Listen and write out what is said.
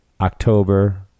October